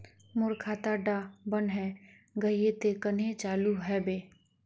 मोर खाता डा बन है गहिये ते कन्हे चालू हैबे?